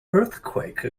earthquake